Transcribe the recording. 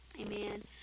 amen